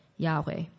Yahweh